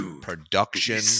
production